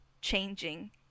changing